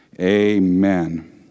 Amen